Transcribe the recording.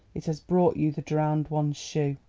it has brought you the drowned one's shoe.